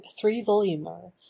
three-volumer